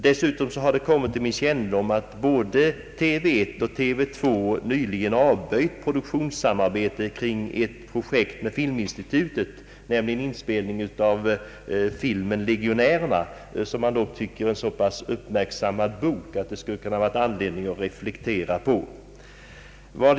Dessutom har det kommit till min kännedom att både TV1 och TV 2 nyligen avböjt produktionssamarbete kring ett projekt med Filminstitutet, nämligen inspelning av en film efter boken »Legionärerna», som man dock tycker är en så pass uppmärksammad bok att det kunde varit anledning att reflektera på filminspelning av densamma.